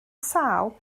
sâl